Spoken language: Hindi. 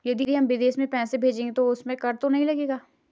यदि हम विदेश में पैसे भेजेंगे तो उसमें कर तो नहीं लगेगा?